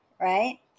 right